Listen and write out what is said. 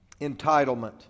Entitlement